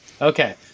Okay